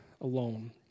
alone